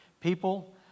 people